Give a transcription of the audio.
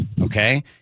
okay